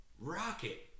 Rocket